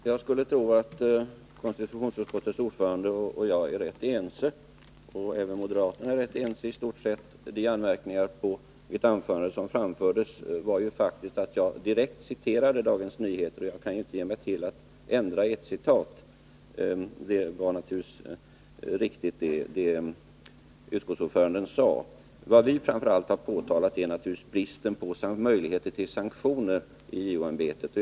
Herr talman! Jag skulle tro att konstitutionsutskottets ordförande och jag är rätt ense, och moderaterna är i stort sett ense med övriga partier. De anmärkningar som gjordes på mitt anförande gällde faktiskt vad jag direkt citerade ur Dagens Nyheter. Jag kan ju inte ge mig till att ändra i ett citat. Det var naturligtvis riktigt som utskottsordföranden sade. Vad vi framför allt har påtalat är bristen på möjligheter till sanktion i JO-ämbetet.